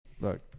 look